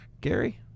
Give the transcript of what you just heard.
gary